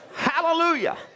Hallelujah